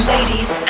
Ladies